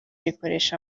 rikoresha